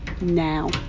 now